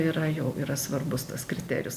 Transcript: yra jau yra svarbus tas kriterijus